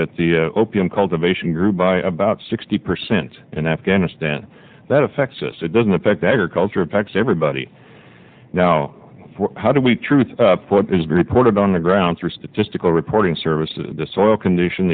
that the opium cultivation grew by about sixty percent in afghanistan that affects us it doesn't affect agriculture affects everybody now how do we truth what is reported on the ground through statistical reporting services the soil condition